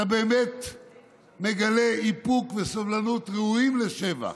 אתה באמת מגלה איפוק וסובלנות ראויים לשבח.